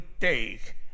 take